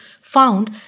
found